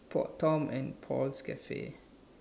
Paul Tom and Paul's Cafe